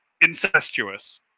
incestuous